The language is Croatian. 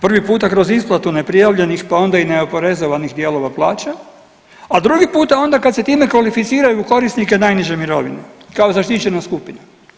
Prvi put kroz isplatu neprijavljenih pa onda i ne oporezovanih dijelova plaće, a drugi puta onda kada se time kvalificiraju u korisnike najniže mirovine kao zaštićena skupina.